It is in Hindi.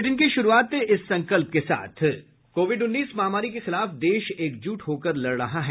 बुलेटिन की शुरूआत इस संकल्प के साथ कोविड उन्नीस महामारी के खिलाफ देश एकजुट होकर लड़ रहा है